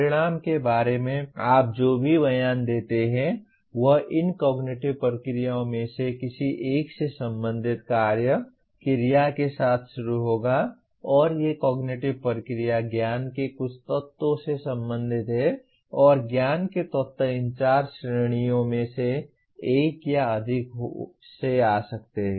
परिणाम के बारे में आप जो भी बयान देते हैं वह इन कॉग्निटिव प्रक्रियाओं में से किसी एक से संबंधित कार्य क्रिया के साथ शुरू होगा और ये कॉग्निटिव प्रक्रिया ज्ञान के कुछ तत्वों से संबंधित है और ज्ञान के तत्व इन चार श्रेणियों में से एक या अधिक से आ सकते हैं